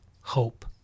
hope